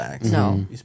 no